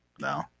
No